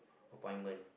appointment